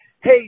Hey